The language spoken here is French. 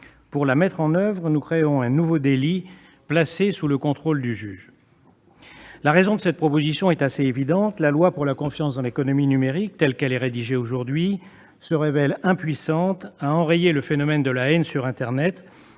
Pour la mettre en oeuvre, nous créons un nouveau délit, placé sous le contrôle du juge. » La raison de cette proposition est assez évidente : la loi pour la confiance dans l'économie numérique, telle qu'elle est rédigée aujourd'hui, se révèle impuissante à enrayer le phénomène de la haine sur internet,